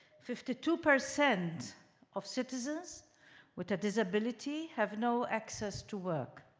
fifty two percent of citizens with a disability have no access to work.